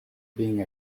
being